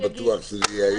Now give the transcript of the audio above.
הישיבה ננעלה